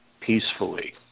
peacefully